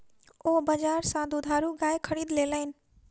ओ बजार सा दुधारू गाय खरीद लेलैन